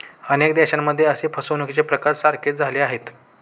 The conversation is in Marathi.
अनेक देशांमध्ये असे फसवणुकीचे प्रकार सारखेच झाले आहेत